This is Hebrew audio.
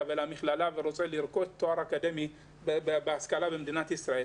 ולמכללה ורוצה לרכוש תואר אקדמי במדינת ישראל.